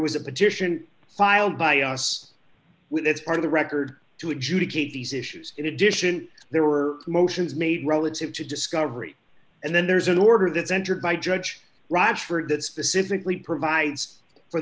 was a petition filed by us with that's part of the record to adjudicate these issues in addition there were motions made relative to discovery and then there's an order that's entered by judge rochford that specifically provides for